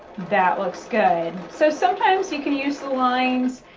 that looks good. so sometimes you can use the lines,